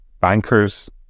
bankers